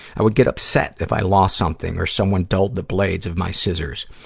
i would get upset if i lost something or someone dulled the blades of my scissors.